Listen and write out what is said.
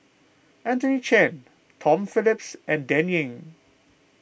Anthony Chen Tom Phillips and Dan Ying